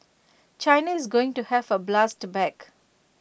China is going to have to blast back